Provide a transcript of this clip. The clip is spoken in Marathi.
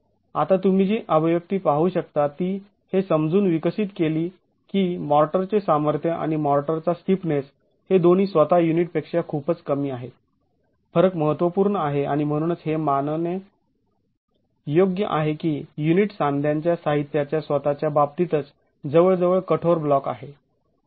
आता तुम्ही जी अभिव्यक्ती पाहू शकता ती हे समजून विकसित केली की मॉर्टरचे सामर्थ्य आणि मॉर्टरचा स्टिफनेस हे दोन्ही स्वतः युनिटपेक्षा खूपच कमी आहेत फरक महत्त्वपूर्ण आहे आणि म्हणूनच हे मानणे योग्य आहे की युनिट सांध्यांच्या साहित्याच्या स्वतःच्या बाबतीतच जवळजवळ कठोर ब्लॉक आहे